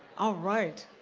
alright.